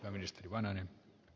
arvoisa puhemies